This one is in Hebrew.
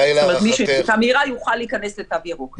זאת אומרת מי שיש לו בדיקה מהירה יוכל להיכנס לתו ירוק.